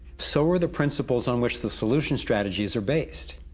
so are the principles on which the solutions strategies are based.